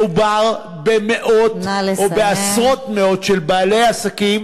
מדובר במאות או בעשרות מאות של בעלי עסקים